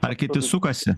ar kiti sukasi